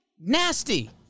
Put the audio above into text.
Nasty